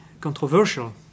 controversial